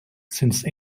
since